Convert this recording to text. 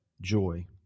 joy